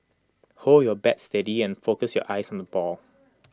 hold your bat steady and focus your eyes on the ball